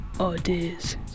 ideas